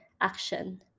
action